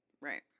Right